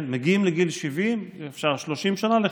מגיעים לגיל 70, אפשר 30 שנה לכהן.